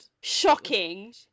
shocking